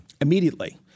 Immediately